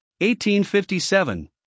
1857